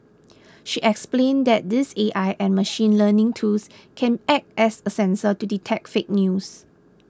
she explained that these A I and machine learning tools can act as a sensor to detect fake news